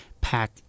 pack